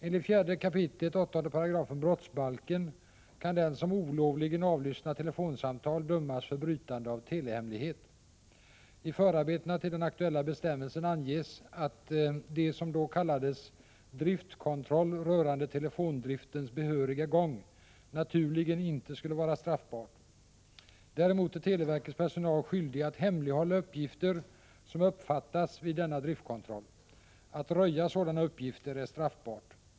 Enligt 4 kap. 8 § brottsbalken kan den som olovligen avlyssnar telefonsamtal dömas för brytande av telehemlighet. I förarbetena till den aktuella bestämmelsen anges att det som då kallades ”driftkontroll rörande telefondriftens behöriga gång” naturligen inte skulle vara straffbart. Däremot är televerkets personal skyldig att hemlighålla uppgifter som uppfattats vid denna driftkontroll. Att röja sådana uppgifter är straffbart.